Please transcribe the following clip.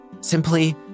Simply